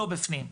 לא בפנים,